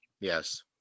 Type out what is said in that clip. yes